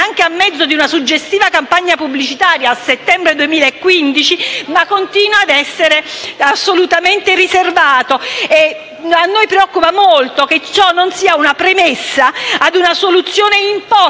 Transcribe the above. anche a mezzo di una suggestiva campagna pubblicitaria, a settembre 2015, ma che continua a essere assolutamente riservata. Ci preoccupa molto che ciò non sia una premessa a una soluzione imposta